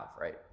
right